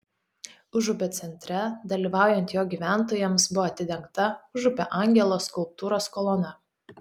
užupio centre dalyvaujant jo gyventojams buvo atidengta užupio angelo skulptūros kolona